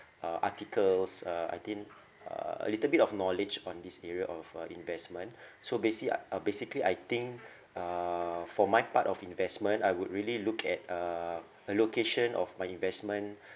uh articles uh I think uh a little bit of knowledge on this area of uh investment so basi~ uh basically I think uh for my part of investment I would really look at uh allocation of my investment